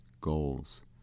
goals